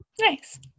nice